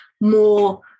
more